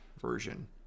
version